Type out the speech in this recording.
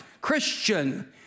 Christian